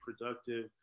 productive